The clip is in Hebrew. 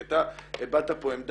כי אתה הבעת פה עמדה,